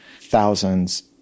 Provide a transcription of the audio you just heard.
thousands